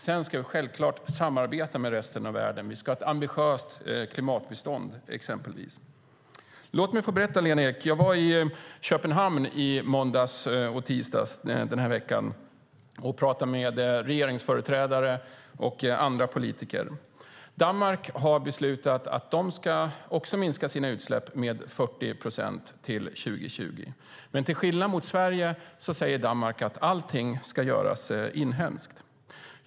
Sedan ska vi självklart samarbeta med resten av världen. Vi ska ha ett ambitiöst klimatbistånd, exempelvis. Låt mig få berätta, Lena Ek, att jag var i Köpenhamn i måndags och tisdags och pratade med regeringsföreträdare och andra politiker. Danmark har beslutat att de också ska minska sina utsläpp med 40 procent till 2020. Men till skillnad från Sverige säger Danmark att allting ska göras inhemskt.